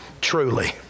truly